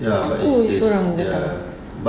seorang datang